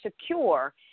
secure